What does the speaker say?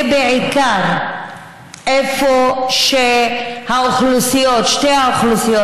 ובעיקר איפה ששתי האוכלוסיות,